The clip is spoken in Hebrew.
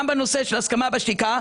שגם בנושא של הסכמה בשתיקה,